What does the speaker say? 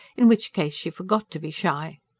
in which case she forgot to be shy.